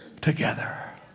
together